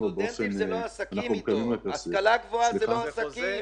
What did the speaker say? הסטודנטים זה לא עסקים, השכלה גבוהה זה לא עסקים,